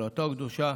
תורתו הקדושה,